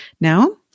now